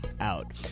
Out